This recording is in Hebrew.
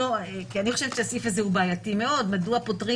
כי אני חושבת שהסעיף הזה בעייתי מאוד מדוע פוטרים